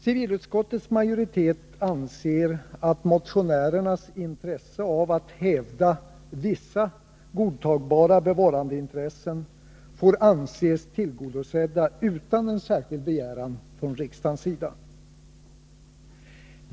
Civilutskottets majoritet anser att motionärernas intresse av att hävda vissa godtagbara bevarandeintressen får anses tillgodosett utan en särskild begäran från riksdagens sida.